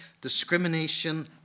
discrimination